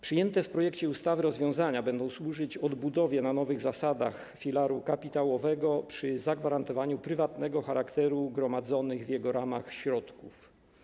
Przyjęte w projekcie ustawy rozwiązania będą służyć odbudowie na nowych zasadach filaru kapitałowego przy zagwarantowaniu prywatnego charakteru gromadzonych w jego ramach środków.